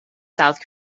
south